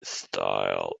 style